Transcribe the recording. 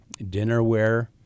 dinnerware